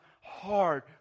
hard